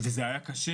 זה היה קשה